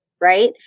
right